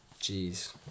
Jeez